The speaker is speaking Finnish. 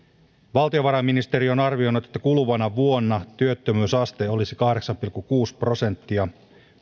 valtiovarainministeriö on arvioinut että kuluvana vuonna työttömyysaste olisi kahdeksan pilkku kuusi prosenttia